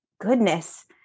Goodness